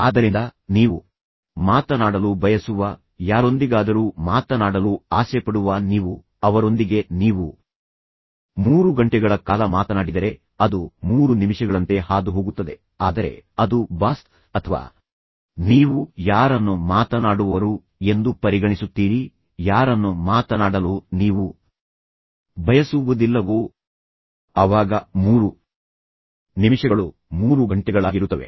ಆದ್ದರಿಂದ ನೀವು ಮಾತನಾಡಲು ಬಯಸುವ ಯಾರೊಂದಿಗಾದರೂ ಮಾತನಾಡಲು ಆಸೆಪಡುವ ನೀವು ಅವರೊಂದಿಗೆ ನೀವು 3 ಗಂಟೆಗಳ ಕಾಲ ಮಾತನಾಡಿದರೆ ಅದು 3 ನಿಮಿಷಗಳಂತೆ ಹಾದುಹೋಗುತ್ತದೆ ಆದರೆ ಅದು ಬಾಸ್ ಅಥವಾ ನೀವು ಯಾರನ್ನು ಮಾತನಾಡುವವರು ಎಂದು ಪರಿಗಣಿಸುತ್ತೀರಿ ಯಾರನ್ನು ಮಾತನಾಡಲು ನೀವು ಬಯಸುವುದಿಲ್ಲವೋ ಅವಾಗ 3 ನಿಮಿಷಗಳು 3 ಗಂಟೆಗಳಾಗಿರುತ್ತವೆ